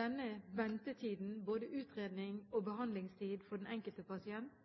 Denne ventetiden, både til utredning og behandling, må jo vurderes ut fra den enkelte pasient